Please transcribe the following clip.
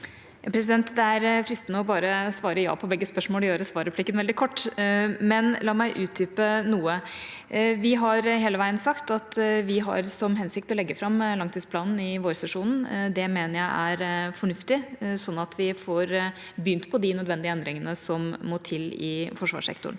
Det er fristende å bare svare ja på begge spørsmål og gjøre svarreplikken veldig kort, men la meg utdype noe. Vi har hele veien sagt at vi har som hensikt å legge fram langtidsplanen i vårsesjonen. Det mener jeg er fornuftig, sånn at vi får begynt på de nødvendige endringene som må til i forsvarssektoren.